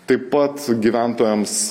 taip pat gyventojams